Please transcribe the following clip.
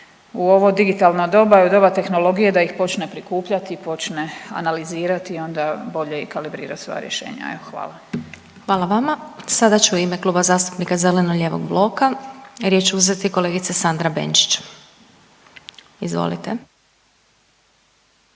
u ovo digitalno doba i u doba tehnologije da ih počne prikupljati i počne analizirati i onda bolje kalibrira sva rješenja. Evo hvala. **Glasovac, Sabina (SDP)** Hvala vama. Sada će u ime Kluba zastupnika Zeleno-lijevog bloka riječ uzeti kolegica Sandra Benčić. Izvolite.